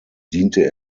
diente